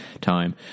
time